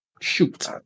shoot